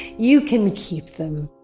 you can keep them